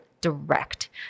direct